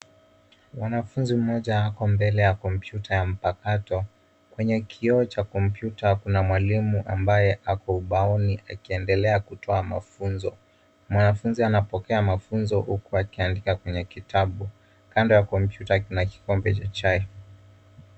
Mwanafunzi mmoja ako mbele ya kompyuta ya mpakato. Kwenye kioo cha kompyuta kuna mwalimu ambaye ako ubaoni akiendelea kutoa mafunzo. Mwanafunzi anapokea mafunzo huku akiandika kwenye kitabu. Kando ya kompyuta kuna kikombe cha chai.